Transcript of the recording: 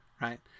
Right